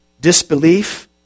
Disbelief